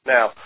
Now